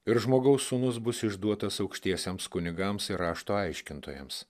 ir žmogaus sūnus bus išduotas aukštiesiems kunigams ir rašto aiškintojams